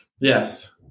Yes